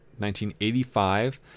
1985